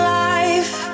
life